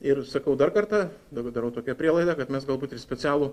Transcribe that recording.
ir sakau dar kartą dabar darau tokią prielaidą kad mes galbūt ir specialų